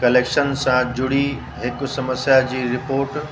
collection सां जुड़ी हिकु समस्या जी रिपोर्ट